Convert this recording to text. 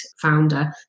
founder